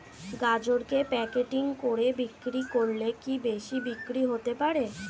গাজরকে প্যাকেটিং করে বিক্রি করলে কি বেশি বিক্রি হতে পারে?